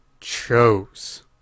chose